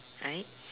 right